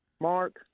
Mark